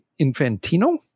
Infantino